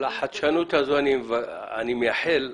--- לחדשנות הזו אני מייחל.